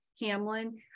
hamlin